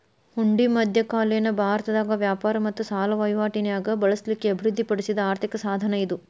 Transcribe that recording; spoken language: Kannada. ಹುಂಡಿ ಮಧ್ಯಕಾಲೇನ ಭಾರತದಾಗ ವ್ಯಾಪಾರ ಮತ್ತ ಸಾಲ ವಹಿವಾಟಿ ನ್ಯಾಗ ಬಳಸ್ಲಿಕ್ಕೆ ಅಭಿವೃದ್ಧಿ ಪಡಿಸಿದ್ ಆರ್ಥಿಕ ಸಾಧನ ಇದು